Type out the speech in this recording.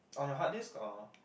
on your hard disc or